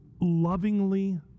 lovingly